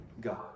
God